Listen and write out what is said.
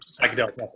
psychedelic